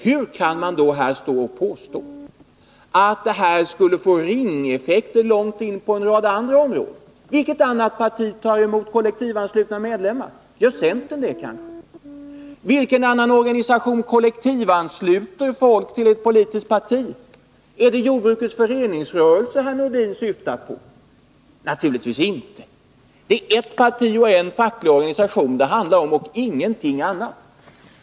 Hur kan man då påstå att förslaget skulle få ringeffekter långt in på en rad andra områden? Vilket annat parti tar emot kollektivanslutna medlemmar? Gör centern det, kanske? Vilken annan organisation kollektivansluter folk till ett politiskt parti? Är det jordbrukets föreningsrörelse herr Nordin syftar på? Naturligtvis inte. Det är ett parti och en facklig organisation det handlar om och ingenting annat.